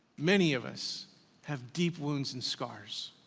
many of us have deep wounds and scars.